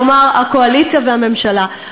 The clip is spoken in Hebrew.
כלומר הקואליציה והממשלה.